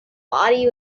body